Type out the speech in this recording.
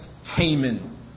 Haman